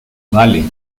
vale